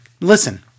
Listen